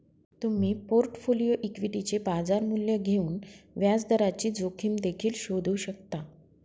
तुम्ही पोर्टफोलिओ इक्विटीचे बाजार मूल्य घेऊन व्याजदराची जोखीम देखील शोधू शकता